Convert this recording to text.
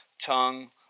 tongue